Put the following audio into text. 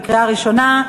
קריאה ראשונה.